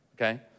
okay